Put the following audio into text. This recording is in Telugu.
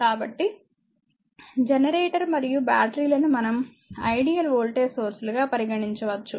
కాబట్టి జనరేటర్ మరియు బ్యాటరీలను మనం ఐడియల్ వోల్టేజ్ సోర్స్ లుగా పరిగణించవచ్చు